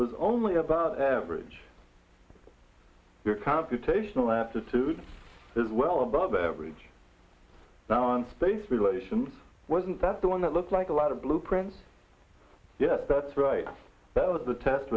was only about average your competition lassitude is well above average now and space relation wasn't that's the one that looked like a lot of blueprints yes that's right that was the test